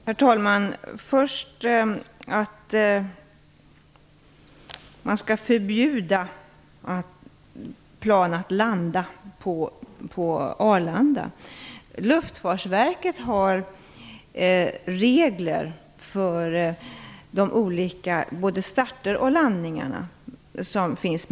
Herr talman! Först vill jag ta upp frågan om förbudet för plan att landa på Arlanda. Luftfartsverket har regler för de olika starter och landningar som finns.